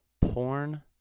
Porn